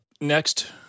Next